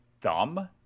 dumb